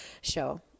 show